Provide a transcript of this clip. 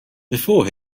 before